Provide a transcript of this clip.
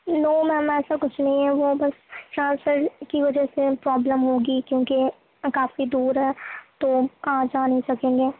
نو ma'am ایسا کچھ نہیں ہے وہ بس ٹرانسفر کی وجہ سے پرابلم ہوگی کیونکہ کافی دور ہے تو آ جا نہیں سکیں گے